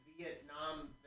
Vietnam